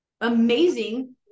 amazing